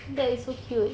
that's so cute